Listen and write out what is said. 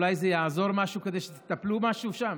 אולי זה יעזור במשהו כדי שתטפלו במשהו שם?